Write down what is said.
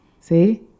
See